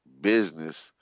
Business